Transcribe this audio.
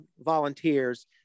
volunteers